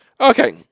Okay